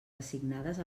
assignades